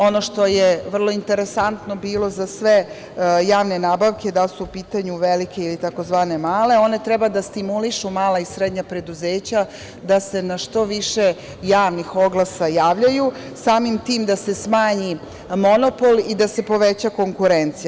Ono što je vrlo interesantno bilo za sve javne nabavke, da li su pitanju velike ili tzv. male, one treba da stimulišu mala i srednja preduzeća da se na što više javnih oglasa javljaju, samim tim da se smanji monopol i da se poveća konkurencija.